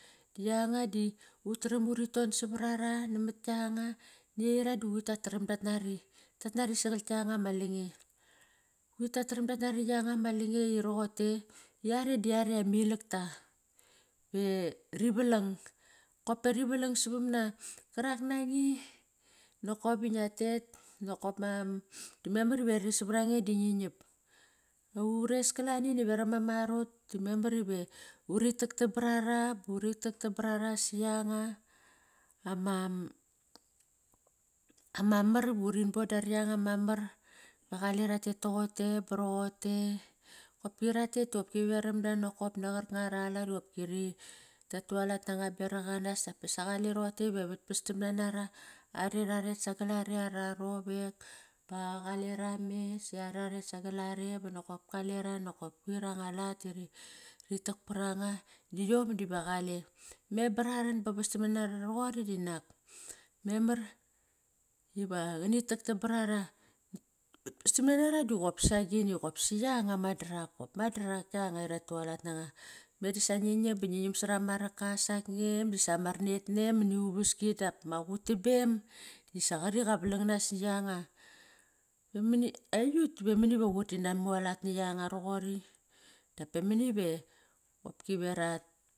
Yanga di utaram uri ton savarara namat kianga. Eira da quir tataram tat nari. Tat nari sagal kianga ma lange, quir tataram dat nari yanga ma lange iroqote yare di yare ma ilak ta. Ve ri valang, kopa ri valang savam na, qarak nangi nokop i ngia tet, nokop ma memar ive riras savar ange di ngi nap. Ures kalani naveram ama arot da memar ive uri taktam barara buri taktam barara si anga ama ama mar iva urin bonda rianga ma mar ba qale ratet toqote bar roqote. Qopki ratet toqopki veram da nokop na qarkanga ara lat i qopki ri tatualat nanga beraq anas daposa qale roqote ive vaspas tam na nara. Are ra ret sagal are ara rovek ba qale ra mes, si are rar ret sagal are ba nokop kale ra nokop kuir anga lat iri tak par anga, da yom diva qale. Me ba raran ba vastam ne nara roqori dinak memar iva ngani taktam barara. Vastam na nara dop sagini qopsi yanga ma darak qop ma darak kianga i ratualat nanga. Me dasa ngi nam ba ngi nam sara ma raka asak ngem basa ma ran net nem mani uvaski dap ma qutam bem disa qari qavalang nas ni yanga Aiut da mani va quir tina mualat ni yanga roqori, dap pa mani ve kiva rat.